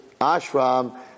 ashram